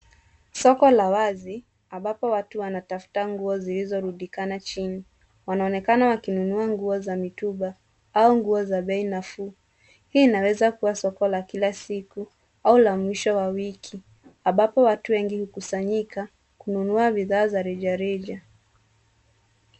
Soko la wazi ambapo watu wanatafuta nguo zilizorundikana chini. Wanaonekana wakinunua nguo za mitumba au nguo za bei nafuu. Hii inaweza kuwa soko la kila siku au la mwisho wa wiki, ambapo watu wengi wamekusanyika kununua bidhaa za rejareja.